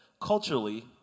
culturally